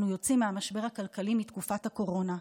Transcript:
אנו יוצאים מהמשבר הכלכלי בתקופת הקורונה.